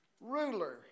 ruler